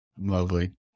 lovely